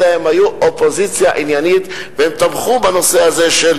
אלא הם היו אופוזיציה עניינית ותמכו בנושא הזה של